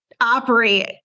operate